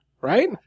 right